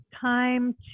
time